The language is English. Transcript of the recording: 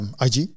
ig